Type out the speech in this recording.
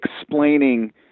explaining